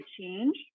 change